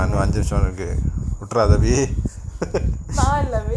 அங்க வந்து சொன்னது உட்ராத டி:anga vanthu sonnathu utraatha di